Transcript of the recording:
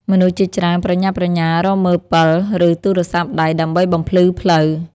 មនុស្សជាច្រើនប្រញាប់ប្រញាល់រកមើលពិល ឬទូរស័ព្ទដៃដើម្បីបំភ្លឺផ្លូវ។